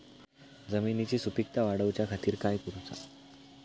जमिनीची सुपीकता वाढवच्या खातीर काय करूचा?